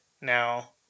now